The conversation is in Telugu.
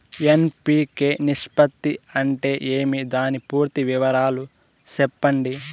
ఎన్.పి.కె నిష్పత్తి అంటే ఏమి దాని పూర్తి వివరాలు సెప్పండి?